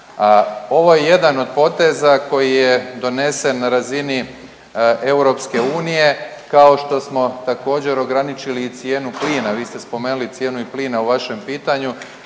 ovo je jedan od poteza koji je donesen na razini EU kao što smo također ograničili i cijenu plina. Vi ste spomenuli cijenu i plina u vašem pitanju.